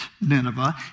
Nineveh